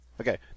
Okay